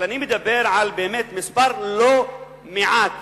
אבל אני מדבר על, באמת, מספר לא מועט